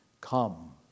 Come